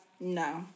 No